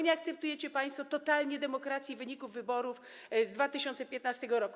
Nie akceptujecie państwo totalnie demokracji i wyników wyborów z 2015 r.